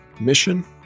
mission